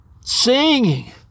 singing